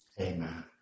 Amen